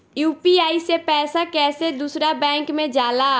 UPI से पैसा कैसे दूसरा बैंक मे जाला?